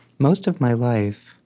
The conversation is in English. most of my life,